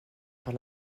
par